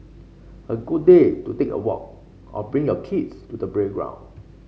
a good day to take a walk or bring your kids to the playground